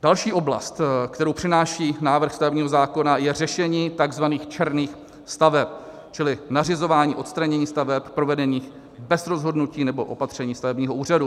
Další oblast, kterou přináší návrh stavebního zákona, je řešení takzvaných černých staveb, čili nařizování odstranění staveb provedených bez rozhodnutí nebo opatření stavebního úřadu.